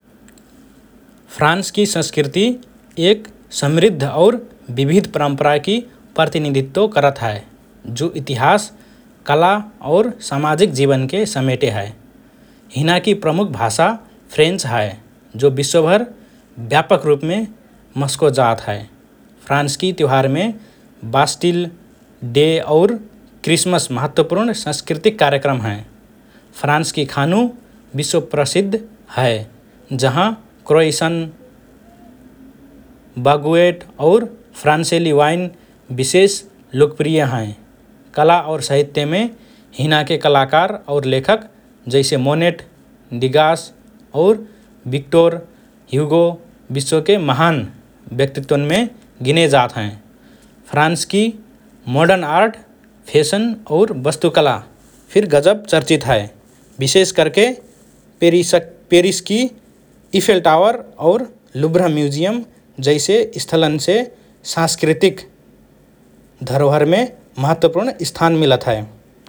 फ्रन्सकि संस्कृति एक समृद्ध और विविध परम्पराकि प्रतिनिधित्व करत हए, जो इतिहास, कला और सामाजिक जीवनके समेटे हए । हिनाकि प्रमुख भाषा फ्रेन्च हए, जो विश्वभर व्यापक रुपमे मस्को जात हए । फ्रान्सकि त्युहारमे बास्टिल डे और क्रिसमस महत्वपूर्ण सांस्कृतिक कार्यक्रम हएँ । फ्रान्सकि खानु विश्वप्रसिद्ध हए जहाँ क्रोइसन, बागुएट और फ्रान्सेली वाइन विशेष लोकप्रिय हएँ । कला और साहित्यमे हिनाके कलाकार और लेखक जैसे मोनेट, डिगास, और विक्टोर ह्युगो विश्वके महान व्यक्तित्वन्मे गिने जात हएँ । फ्रान्सकि मोडर्न आर्ट, फेशन, और वास्तुकला फिर गजब चर्चित हए । विेशेष करके पेरिसा पेरिसकि इफेल टावर और लुभ्र म्यूजियम जैसे स्थलन्से सांस्कृतिक धरोहरमे महत्वपूर्ण स्थान मिलत हए ।